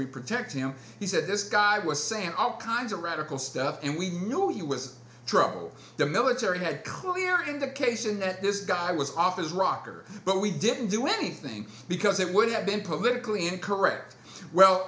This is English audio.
we protect him he said this guy was saying all kinds of radical stuff and we know he was troubled the military had clear indication that this guy was off his rocker but we didn't do anything because it would have been politically incorrect well